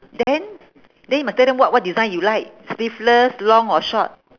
then then you must tell them what what design you like sleeveless long or short